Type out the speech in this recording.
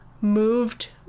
moved